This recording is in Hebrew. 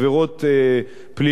ובעבירות פליליות.